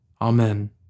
Amen